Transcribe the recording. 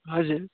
हजुर